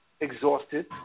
exhausted